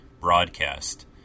broadcast